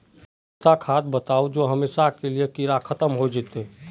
कोई ऐसा खाद बताउ जो हमेशा के लिए कीड़ा खतम होबे जाए?